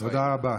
תודה רבה.